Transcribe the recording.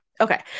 okay